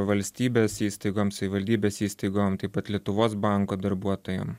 valstybės įstaigoms savivaldybės įstaigoms taip pat lietuvos banko darbuotojam